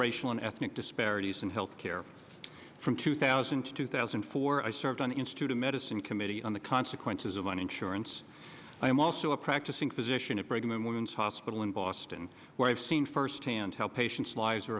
racial and ethnic disparities in health care from two thousand to two thousand and four i served on the institute of medicine committee on the consequences of an insurance i'm also a practicing physician at brigham and women's hospital in boston where i've seen firsthand how patients lives are